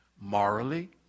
Morally